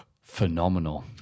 phenomenal